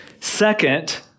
Second